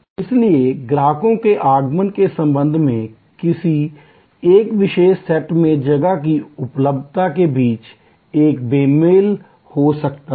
इसलिए ग्राहकों के आगमन के संबंध में समय की एक विशेष सेट में जगह की उपलब्धता के बीच एक बेमेल हो सकता है